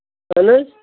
اَہن حظ